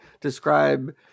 describe